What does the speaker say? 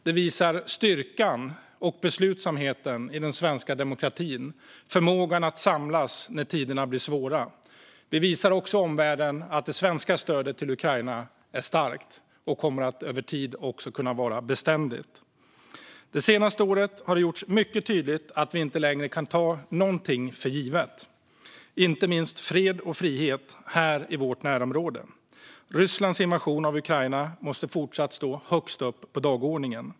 Det visar styrkan och beslutsamheten i den svenska demokratin och förmågan att samlas när tiderna blir svåra. Vi visar också omvärlden att det svenska stödet till Ukraina är starkt och kommer att vara beständigt över tid. Det senaste året har gjort det mycket tydligt att vi inte kan ta någonting för givet, inte ens fred och frihet här i vårt närområde. Rysslands invasion av Ukraina måste fortsatt stå högst upp på dagordningen.